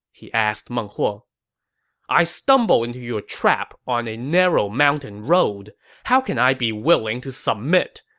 he asked meng huo i stumbled into your trap on a narrow mountain road how can i be willing to submit?